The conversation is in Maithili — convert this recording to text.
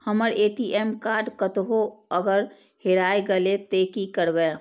हमर ए.टी.एम कार्ड कतहो अगर हेराय गले ते की करबे?